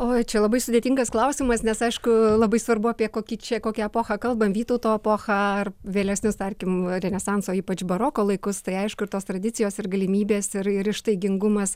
oi čia labai sudėtingas klausimas nes aišku labai svarbu apie kokį čia kokią epochą kalbam vytauto epochą ar vėlesnius tarkim renesanso ypač baroko laikus tai aišku ir tos tradicijos ir galimybės ir ir ištaigingumas